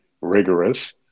rigorous